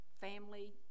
family